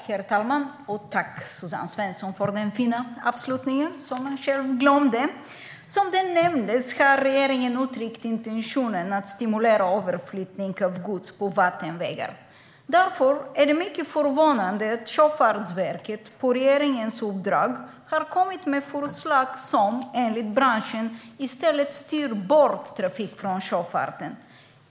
Herr talman! Tack, Suzanne Svensson, för den fina avslutningen, som jag själv glömde! Som nämndes har regeringen uttryckt intentionen att stimulera överflyttning av gods på vattenvägar. Därför är det mycket förvånande att Sjöfartsverket på regeringens uppdrag har kommit med förslag som enligt branschen i stället styr bort trafik från sjöfarten.